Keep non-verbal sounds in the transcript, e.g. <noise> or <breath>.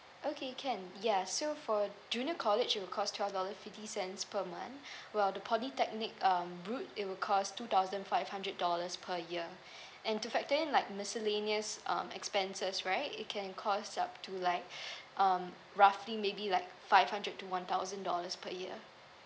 okay can ya so for junior college it'll cost twelve dollar fifty cents per month <breath> while the polytechnic um road it will cost two thousand five hundred dollars per year and to factor in like miscellaneous um expenses right it can cost up to like <breath> um roughly maybe like five hundred to one thousand dollars per year